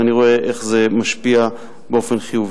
ואני רואה איך זה משפיע באופן חיובי.